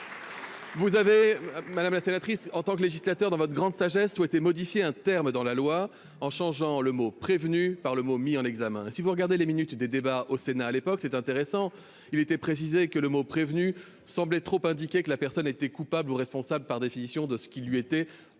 Vous avez madame la sénatrice en tant que législateur, dans votre grande sagesse modifier un terme dans la loi en changeant le mot prévenu par le mot mis en examen, si vous regardez les minutes des débats au Sénat à l'époque, c'est intéressant, il était précisé que le mot prévenus semblait trop indiquait que la personne était coupable ou responsable par définition de ce qui lui était encore